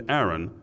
Aaron